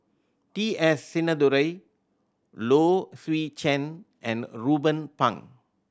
T S Sinnathuray Low Swee Chen and Ruben Pang